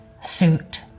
suit